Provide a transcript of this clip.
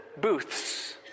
Booths